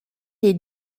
des